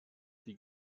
die